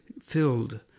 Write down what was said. filled